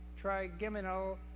trigeminal